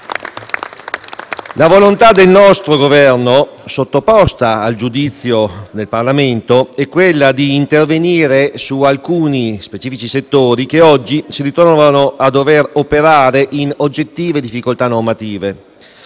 La volontà del nostro Governo, sottoposta al giudizio del Parlamento, è quella di intervenire su alcuni specifici settori che oggi si ritrovano a dover operare in oggettive difficoltà normative.